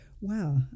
wow